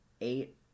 eight